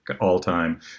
all-time